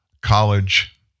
college